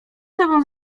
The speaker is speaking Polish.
sobą